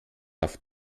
auf